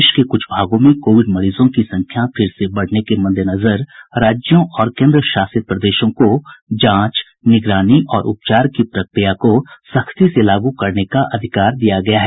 देश के कुछ भागों में कोविड मरीजों की संख्या फिर से बढ़ने के मद्देनजर राज्यों और केन्द्रशासित प्रदेशों को जांच निगरानी और उपचार की प्रक्रिया को सख्ती से लागू करने का अधिकार दिया गया है